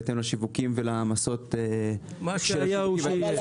בהתאם לשיווקים ולהעמסות --- מה שהיה הוא שיהיה.